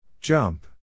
Jump